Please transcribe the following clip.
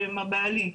שהם הבעלים.